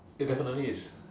it definitely is